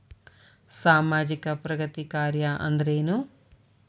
ಸಾಮಾಜಿಕ ಪ್ರಗತಿ ಕಾರ್ಯಾ ಅಂದ್ರೇನು?